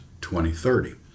2030